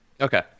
Okay